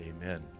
amen